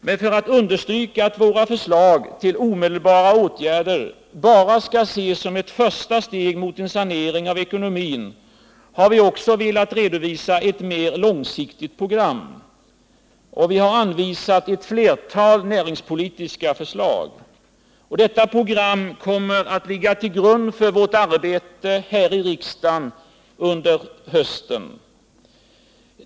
Men för att understryka att våra förslag till omedelbara åtgärder bara skall ses som ett första steg mot en sanering av ekonomin, har vi också velat redovisa ett mer långsiktigt program. Vi har anvisat ett flertal näringspolitiska förslag. Det programmet kommer att ligga till grund för vårt arbete i riksdagen under hösten.